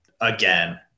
again